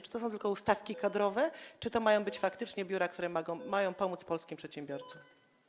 Czy to są tylko ustawki kadrowe, czy to mają być faktycznie biura, które mają pomóc polskim przedsiębiorcom?